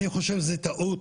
אני חושב שזו טעות